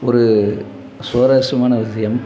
ஒரு சுவாரஸ்யமான விஷயம்